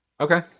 Okay